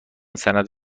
سند